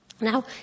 Now